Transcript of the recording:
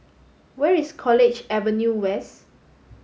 where is College Avenue West